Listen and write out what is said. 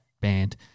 band